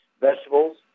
vegetables